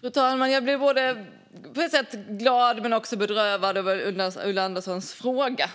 Fru talman! Jag blir både bedrövad och glad av Ulla Anderssons fråga.